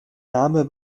name